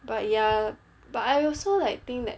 but ya but I also like think that